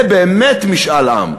זה באמת משאל עם.